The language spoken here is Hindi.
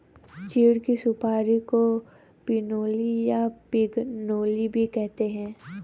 चीड़ की सुपारी को पिनोली या पिगनोली भी कहते हैं